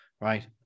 right